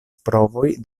provoj